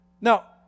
Now